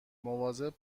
مواظب